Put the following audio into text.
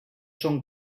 són